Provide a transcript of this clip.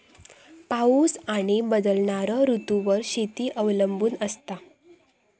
पाऊस आणि बदलणारो ऋतूंवर शेती अवलंबून असता